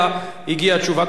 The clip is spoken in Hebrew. אתה יודע מה, בוא נשמע את התשובה.